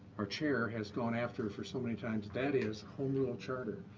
our chair has gone after for so many times that is home rule charter.